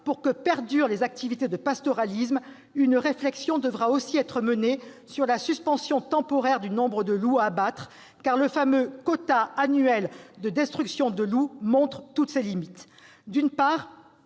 pour que perdurent les activités de pastoralisme, une réflexion devra aussi être menée sur la suspension temporaire du nombre de loups à abattre, car le fameux quota annuel de destruction de loups montre toutes ses limites. D'une part,